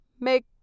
make